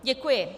Děkuji.